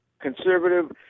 conservative